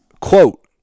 quote